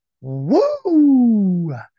Woo